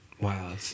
Wow